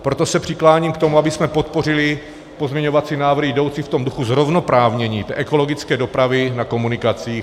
Proto se přikláním k tomu, abychom podpořili pozměňovací návrhy jdoucí v duchu zrovnoprávnění té ekologické dopravy na komunikacích.